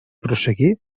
prosseguir